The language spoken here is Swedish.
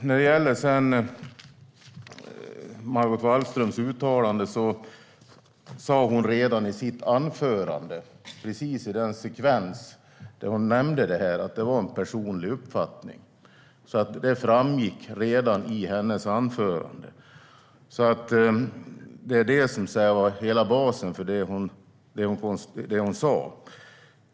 När det gäller Margot Wallströms uttalande sa hon i sitt anförande, precis i den sekvens där hon nämnde detta, att det var en personlig uppfattning. Det framgick alltså redan i hennes anförande. Det är basen för det hon sa.